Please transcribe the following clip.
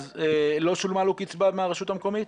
אז לא שולמה לו קצבה מהרשות המקומית?